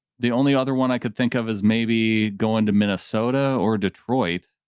the only other one i could think of is maybe going to minnesota or detroit?